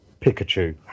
Pikachu